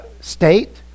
state